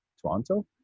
Toronto